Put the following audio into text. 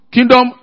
Kingdom